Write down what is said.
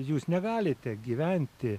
jūs negalite gyventi